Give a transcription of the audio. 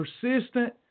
persistent